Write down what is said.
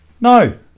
No